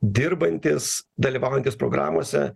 dirbantys dalyvaujantys programose